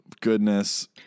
goodness